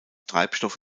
treibstoff